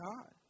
God